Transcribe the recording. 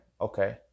Okay